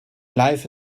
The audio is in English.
life